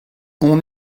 hon